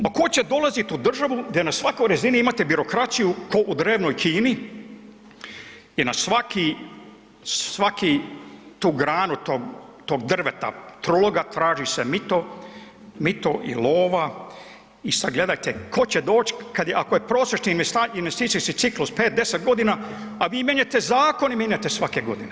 Pa tko će dolaziti u državu gdje na svakoj razini imate birokraciju kao u drevnoj Kini i na svaki, svaki, tu granu tog drveta, truloga traži se mito, mito i lova i sad gledajte, tko će doći kad je, ako je prosječni investicijski ciklus 5, 10 godina, a vi mijenjate zakone, mijenjate svake godine.